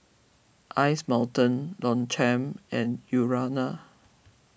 Ice Mountain Longchamp and Urana